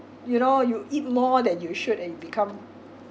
you know you eat more than you should and you become